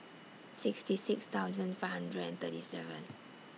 sixty six thousand five hundred and thirty seven